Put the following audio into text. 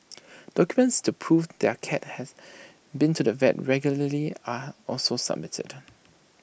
documents to prove their cat has been to the vet regularly are also submitted